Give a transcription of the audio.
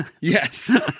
Yes